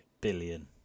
billion